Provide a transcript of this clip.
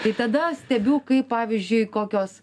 tai tada stebiu kaip pavyzdžiui kokios